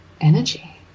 energy